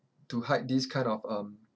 to hide these kind of um